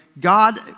God